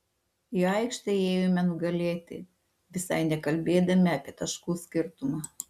į aikštę ėjome nugalėti visai nekalbėdami apie taškų skirtumą